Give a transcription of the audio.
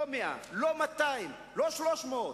לא 100, לא 200, לא 300,